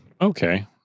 Okay